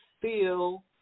feel